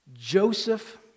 Joseph